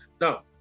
Now